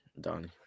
Donnie